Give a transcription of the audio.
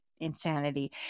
insanity